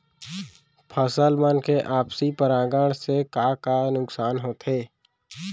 फसल मन के आपसी परागण से का का नुकसान होथे?